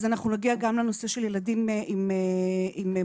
נגיע גם לנושא של ילדים עם מוגבלות.